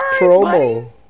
promo